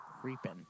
Creeping